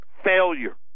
failure